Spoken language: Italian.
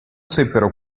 seppero